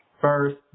first